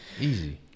Easy